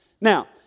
Now